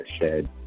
shed